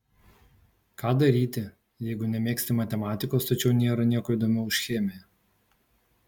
ką daryti jeigu nemėgsti matematikos tačiau nėra nieko įdomiau už chemiją